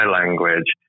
language